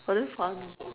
but damn funny